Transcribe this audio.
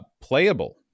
Playable